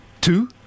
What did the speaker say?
two